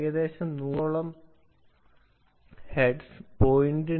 ഏകദേശം നൂറോളം ഹെർട്സ് 0